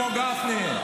כמו גפני,